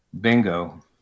bingo